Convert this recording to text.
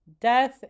death